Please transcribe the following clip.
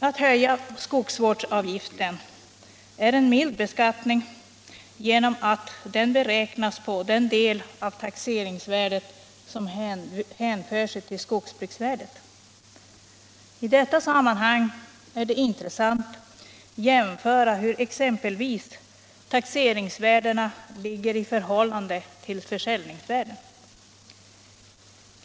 Att höja skogsvårdsavgiften innebär en mild beskattning därför att avgiften beräknas på den del av taxeringsvärdet som hänför sig till skogsbruksvärdet. I detta sammanhang är det intressant att se på hur exempelvis taxeringsvärdena ligger i förhållande till försäljningsvärdena.